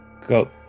go